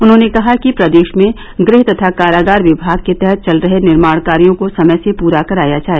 उन्होंने कहा कि प्रदेश में गृह तथा कारागार विभाग के तहत चल रहे निर्माण कार्यों को समय से पूरा कराया जाय